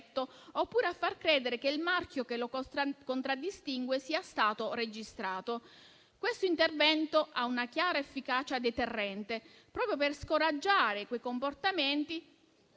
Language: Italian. oppure a far credere che il marchio che lo contraddistingue sia stato registrato. Questo intervento ha una chiara efficacia deterrente, proprio per scoraggiare quei comportamenti